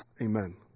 Amen